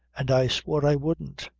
and i swore i wouldn't.